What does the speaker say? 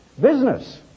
business